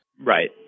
Right